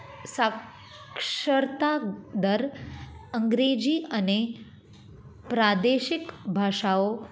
સાક્ષરતા દર અંગ્રેજી અને પ્રાદેશિક ભાષાઓ